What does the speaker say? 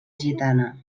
gitana